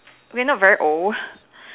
we're not very old